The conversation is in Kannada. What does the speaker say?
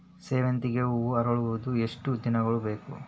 ಸೇವಂತಿಗೆ ಹೂವು ಅರಳುವುದು ಎಷ್ಟು ದಿನಗಳು ಬೇಕು?